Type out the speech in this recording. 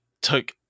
took